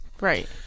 right